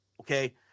okay